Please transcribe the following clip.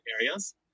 areas